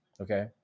okay